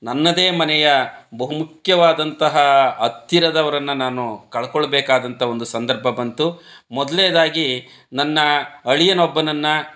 ನನ್ನದೇ ಮನೆಯ ಬಹುಮುಖ್ಯವಾದಂತಹ ಹತ್ತಿರದವರನ್ನ ನಾನು ಕಳ್ಕೊಳ್ಳಬೇಕಾದಂಥ ಒಂದು ಸಂದರ್ಭ ಬಂತು ಮೊದಲ್ನೇದಾಗಿ ನನ್ನ ಅಳಿಯನೊಬ್ಬನನ್ನು